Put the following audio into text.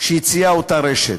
שהציעה אותה רשת,